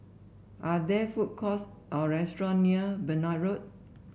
are there food courts or restaurant near Benoi Road